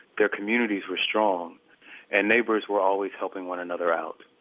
their communities were strong and neighbors were always helping one another out.